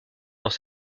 dans